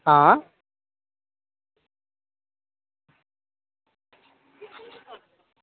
आं